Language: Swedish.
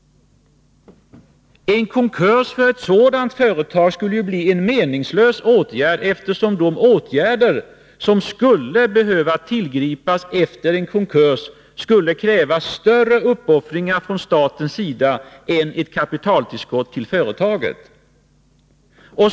En konkurs för ett sådant företag skulle vara meningslös, eftersom de åtgärder som skulle behöva tillgripas efter en konkurs skulle kräva större uppoffringar från statens sida än ett kapitaltillskott till företaget.